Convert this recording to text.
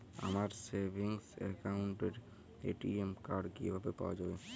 আমার সেভিংস অ্যাকাউন্টের ATM card কিভাবে পাওয়া যাবে?